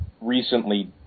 recently